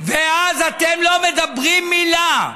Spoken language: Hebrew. ואז אתם לא אומרים מילה,